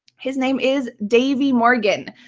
his name is davey morgan.